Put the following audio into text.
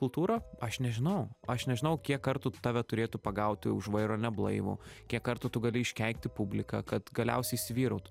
kultūra aš nežinau aš nežinau kiek kartų tave turėtų pagauti už vairo neblaivų kiek kartų tu gali iškeikti publiką kad galiausiai įsivyrautų